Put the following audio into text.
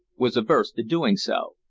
was averse to doing so.